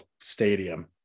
stadium